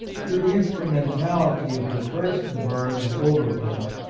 through the instrumentality of de furstenberg and overberg,